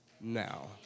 now